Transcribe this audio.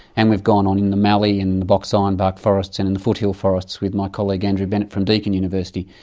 and we've gone on in the mallee and the box ah ironbark forests and in the foothill forests with my colleague andrew bennett from deakin university,